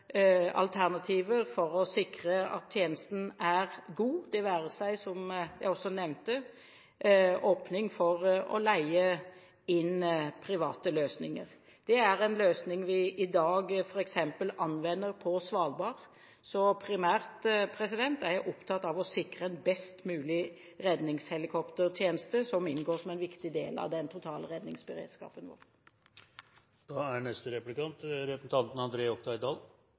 alternativer for sikre at tjenesten er god, f.eks., som jeg også nevnte, en åpning for å leie inn private løsninger. Det er en løsning vi i dag f.eks. anvender på Svalbard. Primært er jeg opptatt av å sikre en best mulig redningshelikoptertjeneste som inngår som en viktig del av den totale redningsberedskapen vår. Siden det forhåpentligvis er